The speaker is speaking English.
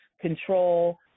control